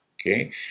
okay